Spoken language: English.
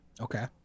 Okay